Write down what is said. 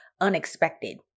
unexpected